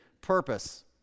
purpose